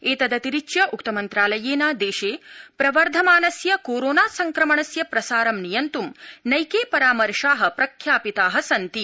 एतदतिरिच्य उक्त मन्त्रालयेन देशे प्रवर्धमानस्य कोरोना संक्रमणस्य प्रसारं नियन्त् नैके परामर्शा प्रख्यापिता सन्ति